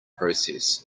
process